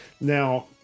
Now